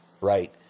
right